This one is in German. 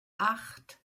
acht